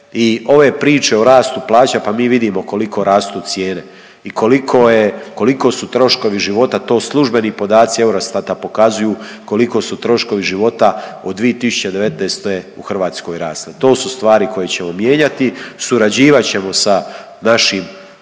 ove priče o rastu plaća, pa mi vidimo koliko rastu cijene i koliko je, koliko su troškovi života to službeni podaci Eurostata pokazuju koliko su troškovi života od 2019. u Hrvatskoj rasle. To su stvari koje ćemo mijenjati, surađivat ćemo sa našim